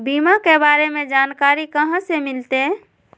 बीमा के बारे में जानकारी कहा से मिलते?